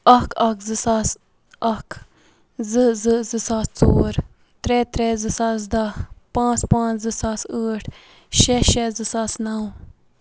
اَکھ اَکھ زٕ ساس اَکھ زٕ زٕ زٕ ساس ژور ترٛےٚ ترٛےٚ زٕ ساس دَہ پانٛژھ پانٛژھ زٕ ساس ٲٹھ شےٚ شےٚ زٕ ساس نَو